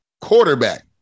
Quarterback